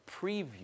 preview